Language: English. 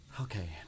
Okay